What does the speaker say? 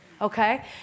Okay